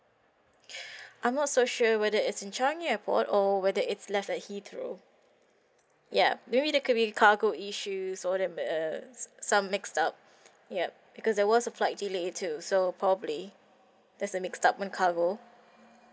I'm not so sure whether it's in changi airport or whether it's left at heathrow ya maybe that could be cargo issues or that um some mixed up ya because there was a flight delay too so probably there is the mixed up in cargo